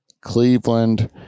Cleveland